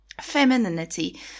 femininity